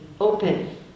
open